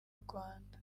rwanda